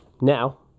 Now